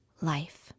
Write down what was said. life